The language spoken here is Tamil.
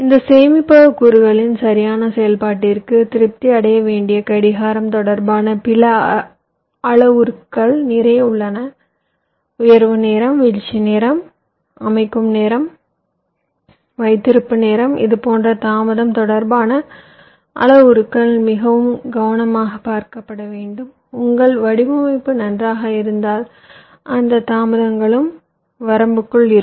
இந்த சேமிப்பக கூறுகளின் சரியான செயல்பாட்டிற்கு திருப்தி அடைய வேண்டிய கடிகாரம் தொடர்பான பிற அளவுருக்கள் நிறைய உள்ளன உயர்வு நேரம் வீழ்ச்சி நேரம் அமைக்கும் நேரம் வைத்திருப்பு நேரம் இதுபோன்ற தாமதம் தொடர்பான அளவுருக்கள் மிகவும் கவனமாகப் பார்க்கப்பட வேண்டும் உங்கள் வடிவமைப்பு நன்றாக இருந்தால் அந்த தாமதங்களும் வரம்புகளுக்குள் இருக்கும்